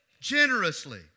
Generously